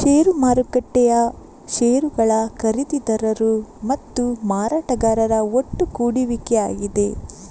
ಷೇರು ಮಾರುಕಟ್ಟೆಯು ಷೇರುಗಳ ಖರೀದಿದಾರರು ಮತ್ತು ಮಾರಾಟಗಾರರ ಒಟ್ಟುಗೂಡುವಿಕೆಯಾಗಿದೆ